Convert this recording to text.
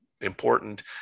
important